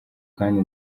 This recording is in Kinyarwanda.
kandi